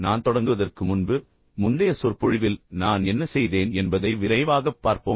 நான் தொடங்குவதற்கு முன்பு முந்தைய சொற்பொழிவில் நான் என்ன செய்தேன் என்பதை விரைவாகப் பார்ப்போம்